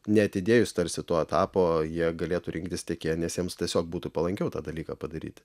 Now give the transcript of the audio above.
neatidėjus tarsi to etapo jie galėtų rinktis tiekėją nes jiems tiesiog būtų palankiau tą dalyką padaryti